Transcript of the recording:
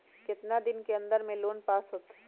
कितना दिन के अन्दर में लोन पास होत?